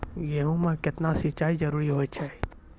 गेहूँ म केतना सिंचाई जरूरी होय छै?